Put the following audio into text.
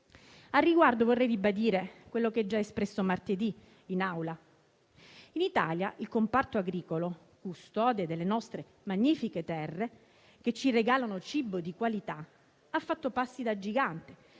Al riguardo vorrei ribadire quello che ho già espresso martedì in Aula. In Italia il comparto agricolo, custode delle nostre magnifiche terre che ci regalano cibo di qualità, ha fatto passi da gigante